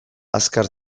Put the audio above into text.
azkar